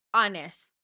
honest